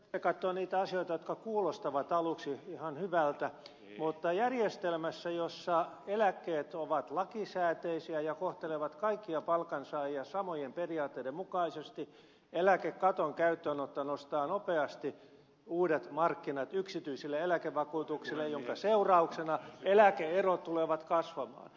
eläkekatto on niitä asioita jotka kuulostavat aluksi ihan hyvältä mutta järjestelmässä jossa eläkkeet ovat lakisääteisiä ja kohtelevat kaikkia palkansaajia samojen periaatteiden mukaisesti eläkekaton käyttöönotto nostaa nopeasti uudet markkinat yksityisille eläkevakuutuksille minkä seurauksena eläke erot tulevat kasvamaan